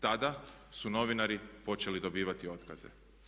Tada su novinari počeli dobivati otkaze.